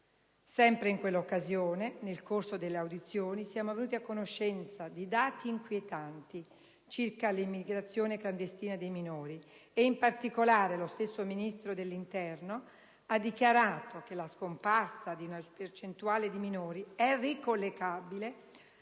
Sempre in quell'occasione, nel corso delle audizioni, siamo venuti a conoscenza di dati inquietanti circa l'immigrazione clandestina dei minori e, in particolare, lo stesso Ministro dell'interno ha dichiarato che la scomparsa di una percentuale di minori è ricollegabile